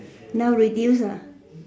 now reduce ah